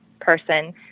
person